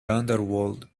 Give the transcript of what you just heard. underworld